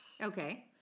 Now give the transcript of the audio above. okay